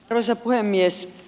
arvoisa puhemies